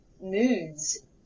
moods